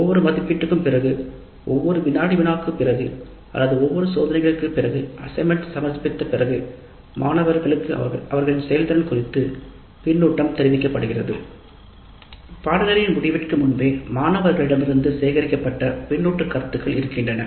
ஒவ்வொரு மதிப்பீட்டிற்கும் பிறகு ஒவ்வொரு வினாடி வினாவுக்குப் பிறகு அல்லது ஒவ்வொரு சோதனைக்குப் பிறகு அல்லது சமர்ப்பித்த பிறகு மாணவர்களுக்கு அவர்களின் செயல்திறன் குறித்து கருத்து தெரிவிக்கப்படுகிறது பாடநெறியின் முடிவிற்கு முன்பே மாணவர்களிடமிருந்து பின்னொட்டு கருத்துக்கள் சேகரிக்கப்படுகின்றன